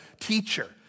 teacher